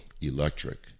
Electric